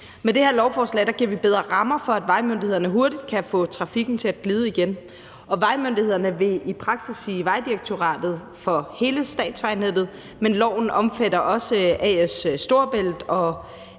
Med det her lovforslag giver vi bedre rammer for, at vejmyndighederne hurtigt kan få trafikken til at glide igen, og vejmyndighederne vil i praksis sige Vejdirektoratet for hele statsvejnettet, men loven omfatter også A/S Storebælt og